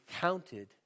counted